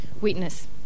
witness